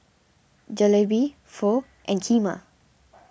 Jalebi Pho and Kheema